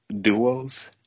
duos